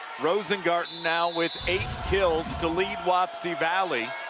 rosengarten now with eight kills to lead wapsie valley.